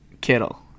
Kittle